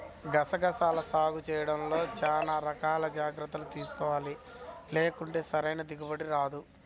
గసగసాల సాగు చేయడంలో చానా రకాల జాగర్తలు తీసుకోవాలి, లేకుంటే సరైన దిగుబడి రాదు